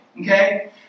okay